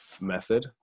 Method